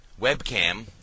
webcam